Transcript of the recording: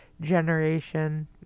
generation